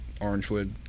Orangewood